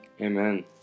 Amen